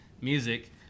music